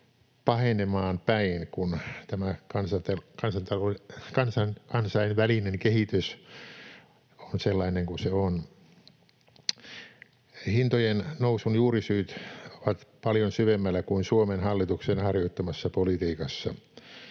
pahenemaan päin, kun tämä kansainvälinen kehitys on sellainen kuin se on. Hintojen nousun juurisyyt ovat paljon syvemmällä kuin Suomen hallituksen harjoittamassa politiikassa.